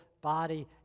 body